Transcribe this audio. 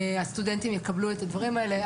הסטודנטים יקבלו את הדברים האלה.